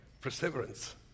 Perseverance